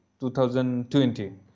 2020